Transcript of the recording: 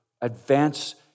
advance